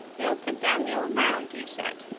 you'll put down the old brown tea set.